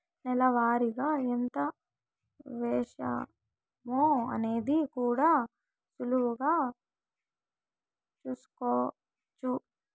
నెల వారిగా ఎంత వేశామో అనేది కూడా సులువుగా చూస్కోచ్చు